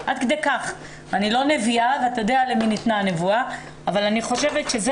אני לא נביאה ואתה יודע למי ניתנה הנבואה אבל אני חושבת שזה